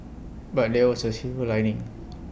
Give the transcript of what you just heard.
but there was A silver lining